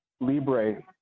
Libre